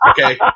okay